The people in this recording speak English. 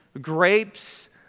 Grapes